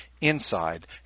inside